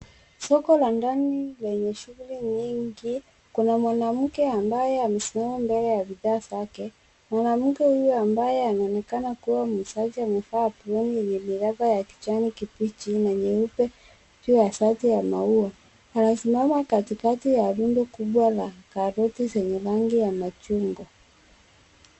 Soko la ndani lenye shughuli nyingi kuna mwanamke ambaye amesimama mbele ya bidhaa zake. Mwanamke huyo ambaye anaonekana kuwa mzazi amevaa aproni yenye miraba ya kijani kibichi na nyeupe juu ya shati ya maua. Anasimama katikati ya rundo kubwa la karoti zenye rangi ya machungwa.